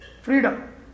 Freedom